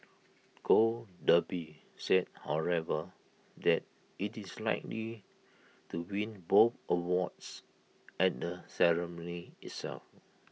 gold Derby said however that IT is likely to win both awards at the ceremony itself